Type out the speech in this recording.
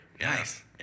Nice